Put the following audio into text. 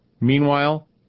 Meanwhile